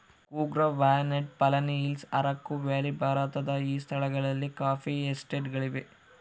Coorg Wayanad Palani Hills Araku Valley ಭಾರತದ ಈ ಸ್ಥಳಗಳಲ್ಲಿ ಕಾಫಿ ಎಸ್ಟೇಟ್ ಗಳಿವೆ